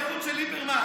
אזרחות של ליברמן,